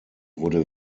wurde